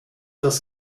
das